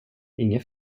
inget